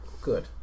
Good